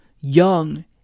young